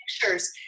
pictures